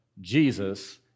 Jesus